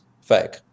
fake